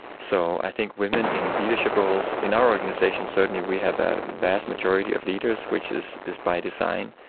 so i think women in leadership roles, in our organisation certainly we have a vast majority of leaders which is is by design.